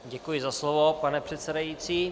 Děkuji za slovo, pane předsedající.